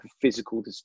physical